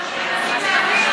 אנחנו מנסים להבין,